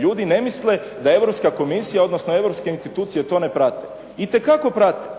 ljudi ne misle da Europska komisija, odnosno europske institucije to ne prate. Itekako prate,